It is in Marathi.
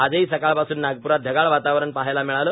आजही सकाळपासून नागपूरात ढगाळ वातावरण पहायला मिळालं